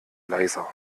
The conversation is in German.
leiser